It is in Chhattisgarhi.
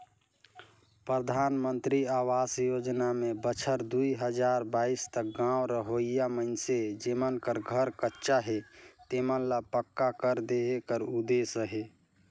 परधानमंतरी अवास योजना में बछर दुई हजार बाइस तक गाँव रहोइया मइनसे जेमन कर घर कच्चा हे तेमन ल पक्का घर देहे कर उदेस अहे